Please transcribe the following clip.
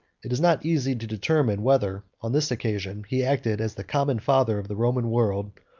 it is not easy to determine whether, on this occasion, he acted as the common father of the roman world,